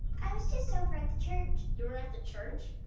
i was just over at the church. you were at the church?